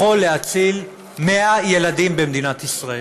יכול להציל 100 ילדים במדינת ישראל.